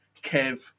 Kev